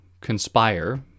conspire